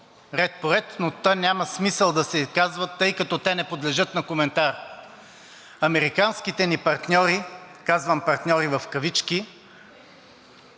ред по ред, но те няма смисъл да се казват, тъй като не подлежат на коментар. Американските ни партньори, казвам партньори в кавички,